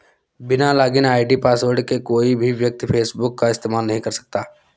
बिना login ID password के कोई भी व्यक्ति फेसबुक का इस्तेमाल नहीं कर सकता